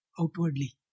outwardly